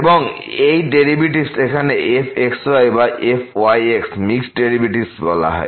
এবং এই ডেরাইভেটিভস এখানে fxy বা fyx মিক্সড ডেরাইভেটিভস বলা হয়